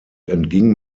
entging